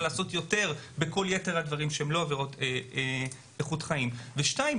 לעשות יותר בכל יתר הדברים שהם לא עבירות איכות חיים דבר שני,